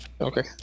okay